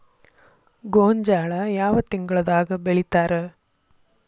ಗೋಂಜಾಳ ಯಾವ ತಿಂಗಳದಾಗ್ ಬೆಳಿತಾರ?